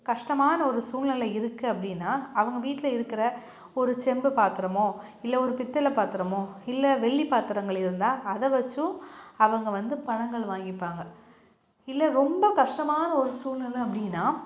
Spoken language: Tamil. கஷ்டமான ஒரு சூழ்நிலை இருக்குது அப்படினா அவங்க வீட்டில் இருக்கிற ஒரு செம்பு பாத்திரமோ இல்லை ஒரு பித்தளை பாத்திரமோ இல்லை வெள்ளி பாத்திரங்கள் இருந்தால் அதை வைச்சும் அவங்க வந்து பணங்கள் வாங்கிப்பாங்க இல்லை ரொம்ப கஷ்டமான ஒரு சூழ்நிலை அப்படினா